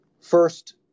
First